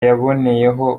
yaboneyeho